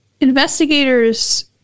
investigators